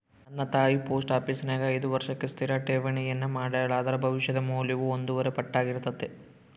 ನನ್ನ ತಾಯಿ ಪೋಸ್ಟ ಆಪೀಸಿನ್ಯಾಗ ಐದು ವರ್ಷಕ್ಕೆ ಸ್ಥಿರ ಠೇವಣಿಯನ್ನ ಮಾಡೆಳ, ಅದರ ಭವಿಷ್ಯದ ಮೌಲ್ಯವು ಒಂದೂವರೆ ಪಟ್ಟಾರ್ಗಿತತೆ